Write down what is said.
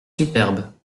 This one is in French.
superbes